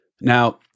Now